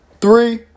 three